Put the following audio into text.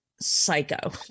psycho